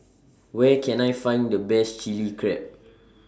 Where Can I Find The Best Chili Crab